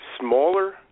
smaller